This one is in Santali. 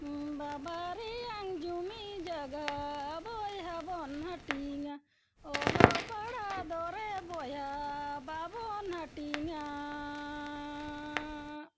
ᱵᱟᱵᱟᱨᱮᱭᱟᱝ ᱡᱩᱢᱤ ᱡᱟᱭᱜᱟ ᱵᱚᱭᱦᱟ ᱵᱚᱱ ᱦᱟᱹᱴᱤᱧᱟ ᱚᱞᱚᱜ ᱯᱟᱲᱦᱟᱜ ᱫᱚᱨᱮ ᱵᱚᱭᱦᱟ ᱵᱟᱵᱚᱱ ᱦᱟᱹᱴᱤᱧᱟᱻ